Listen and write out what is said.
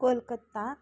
Kolkata